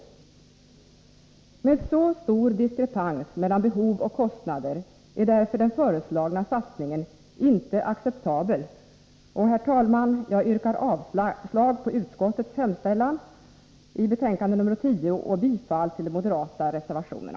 Med så stor diskrepans mellan behov och kostnader är därför den föreslagna investeringssatsningen inte acceptabel. Herr talman! Jag yrkar bifall till de moderata reservationerna vid trafikutskottets betänkande nr 10, vilket innebär avslag på utskottets hemställan.